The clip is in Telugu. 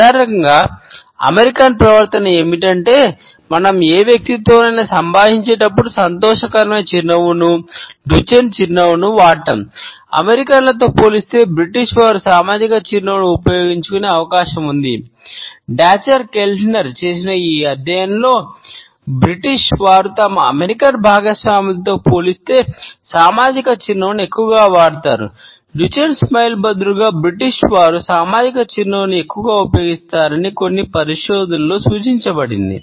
సాధారణ అమెరికన్ వారు సామాజిక చిరునవ్వును ఎక్కువగా ఉపయోగిస్తారని కొన్ని పరిశోధనలలో సూచించబడింది